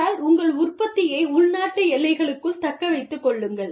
ஆனால் உங்கள் உற்பத்தியை உள்நாட்டு எல்லைகளுக்குள் தக்க வைத்து கொள்ளுங்கள்